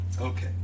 okay